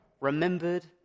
remembered